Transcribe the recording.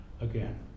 again